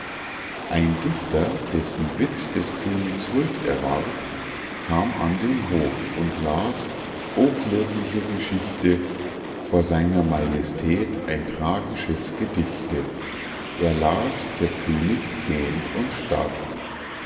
ein dichter dessen witz des königs huld erwarb kam an den hof und las o klägliche geschichte vor seiner majestät ein tragisches gedichte er las der könig gähnt und starb